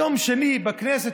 יום שני בכנסת,